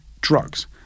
drugs